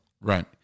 Right